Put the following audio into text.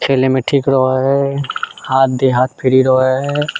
खेलेमे ठीक रहैत हय हाथ देह हाथ फ्री रहैत हय